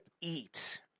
eat